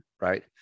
right